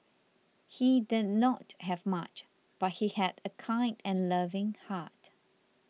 he did not have much but he had a kind and loving heart